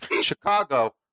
chicago